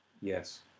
yes